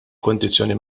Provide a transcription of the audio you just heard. kundizzjoni